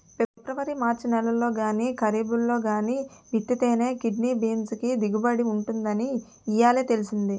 February March నెలల్లో గానీ, కరీబ్లో గానీ విత్తితేనే కిడ్నీ బీన్స్ కి దిగుబడి ఉంటుందని ఇయ్యాలే తెలిసింది